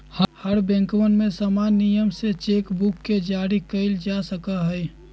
हर बैंकवन में समान नियम से चेक बुक के जारी कइल जा सका हई